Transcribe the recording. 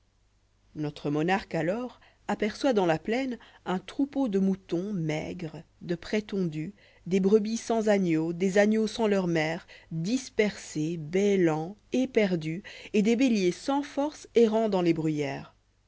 notre monarque alors aperçoit dans la plaine un troupeau de moutons maigres deprès tondus j v dés brebis sansragneaux des agneaux sàns'leurs mères dispersés bêlants éperdus et des béliers sans force errant dans les bruyères